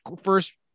first